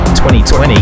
2020